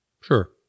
Sure